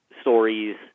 stories